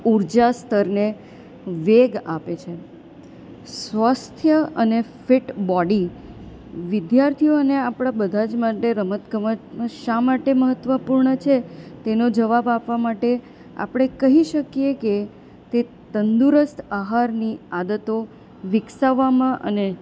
ઉર્જા સ્તરને વેગ આપે છે સ્વસ્થ અને ફિટ બોડી વિદ્યાર્થીઓને આપણા બધા જ માટે રમત ગમતમાં શા માટે મહત્ત્વપૂર્ણ છે તેનો જવાબ આપવા માટે આપણે કહી શકીએ કે તે તંદુરસ્ત આહારની આદતો વિકસાવામાં અને